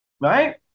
Right